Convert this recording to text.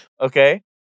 Okay